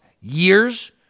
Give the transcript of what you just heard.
years